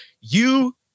you-